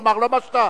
לא מה שאתה,